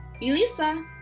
Elisa